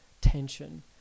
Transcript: tension